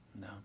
No